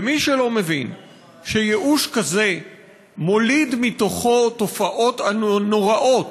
ומי שלא מבין שייאוש כזה מוליד מתוכו תופעות נוראות,